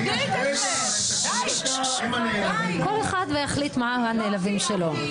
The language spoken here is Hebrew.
--- כל אחד יחליט מי הנעלבים שלו.